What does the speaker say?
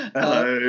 Hello